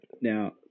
Now